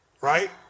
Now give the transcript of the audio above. Right